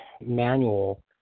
manual